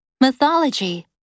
mythology